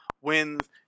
wins